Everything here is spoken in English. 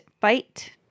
fight